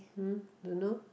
hmm don't know